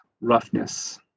roughness